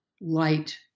light